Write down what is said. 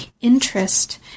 interest